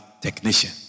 technician